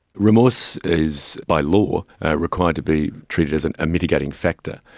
remorse is by law required to be treated as and a mitigating factor.